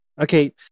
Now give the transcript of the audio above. Okay